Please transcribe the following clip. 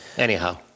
Anyhow